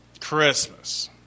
Christmas